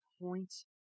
points